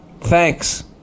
Thanks